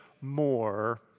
more